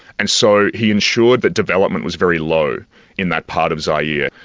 and so he ensured that development was very low in that part of zaire.